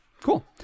Cool